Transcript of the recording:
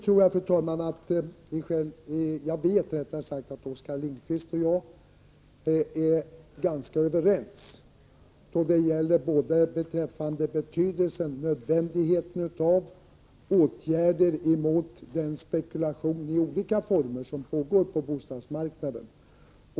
Jag vet, fru talman, att Oskar Lindkvist och jag är ganska överens då det gäller nödvändigheten av åtgärder mot den spekulation i olika former som pågår på bostadsmarknaden.